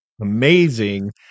amazing